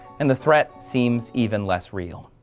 and the threat seems even less real.